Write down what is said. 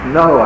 no